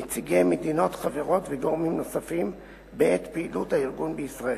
נציגי מדינות חברות וגורמים נוספים בעת פעילות הארגון בישראל.